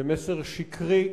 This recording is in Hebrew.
זה מסר שקרי,